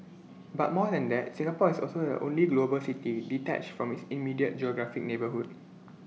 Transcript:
but more than that Singapore is also the only global city detached from its immediate geographic neighbourhood